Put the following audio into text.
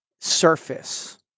surface